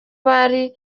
bari